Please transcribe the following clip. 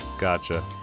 Gotcha